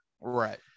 Right